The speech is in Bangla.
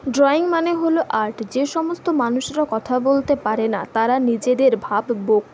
ড্রয়িং মানে হলো আর্ট যে সমস্ত মানুষরা কথা বলতে পারে না তারা নিজেদের ভাব